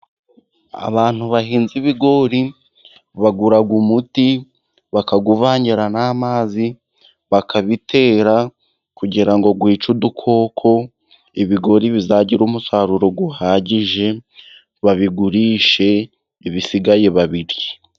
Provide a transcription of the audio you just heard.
Abantu bahinze ibigori bagura umuti bakawuvangira n'amazi bakabitera, kugira ngo wice udukoko, ibigori bizagira umusaruro uhagije babigurishe, ibisigaye babirye.